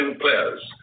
players